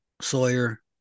Sawyer